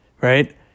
right